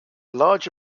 large